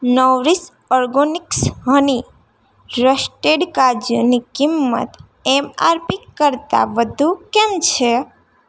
Nourish Organics honey roasted કાજુની કિંમત MRP કરતાં વધુ કેમ છે